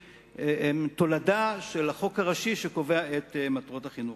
הן תולדה של החוק הראשי שקובע את מטרות החינוך.